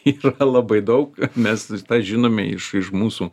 yra labai daug mes tą žinome iš iš mūsų